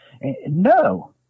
no